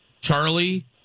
Charlie